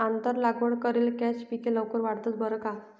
आंतर लागवड करेल कॅच पिके लवकर वाढतंस बरं का